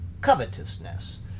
covetousness